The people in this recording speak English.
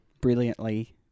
brilliantly